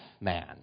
man